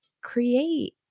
create